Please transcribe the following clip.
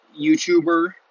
YouTuber